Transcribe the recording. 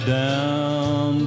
down